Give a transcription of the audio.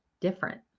different